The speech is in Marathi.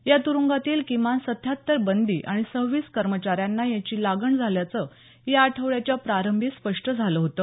या तुरुंगातील किमान सत्त्याहत्तर बंदी आणि सहव्वीस कर्मचाऱ्यांना याची लागण झाल्याचं या आठवड्याच्या प्रारंभी स्पष्ट झालं होतं